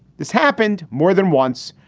this happened more than once.